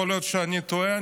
יכול להיות שאני טועה.